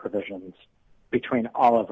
provisions between all of